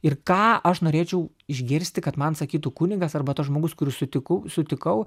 ir ką aš norėčiau išgirsti kad man sakytų kunigas arba tas žmogus kurį sutikau sutikau